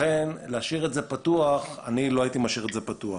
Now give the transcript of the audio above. לכן אני לא הייתי משאיר את זה פתוח.